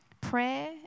prayer